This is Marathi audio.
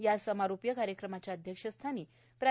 या समारो ीय कार्यक्रमाच्या अध्यक्षस्थानी प्रा